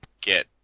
get